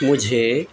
مجھے